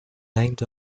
named